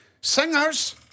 singers